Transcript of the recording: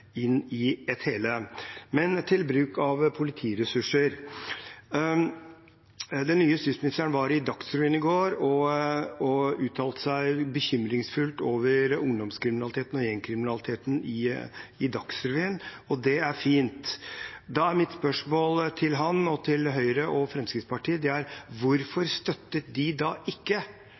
i et hele. Til bruk av politiressurser: Den nye justisministeren var i Dagsrevyen i går og uttalte bekymring for ungdomskriminaliteten og gjengkriminaliteten. Det er fint. Da er mitt spørsmål til ham og til Høyre og Fremskrittspartiet: Hvorfor støttet de da ikke